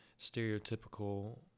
stereotypical